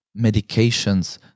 medications